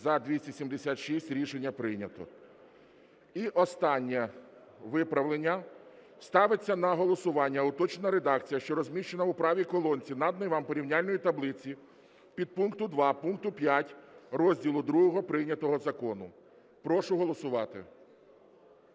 За-276 Рішення прийнято. І останнє виправлення. Ставиться на голосування уточнена редакція, що розміщена у правій колонці наданої вам порівняльної таблиці підпункту 2 пункту 5 розділу ІІ прийнятого закону. Прошу голосувати.